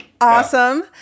Awesome